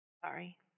Sorry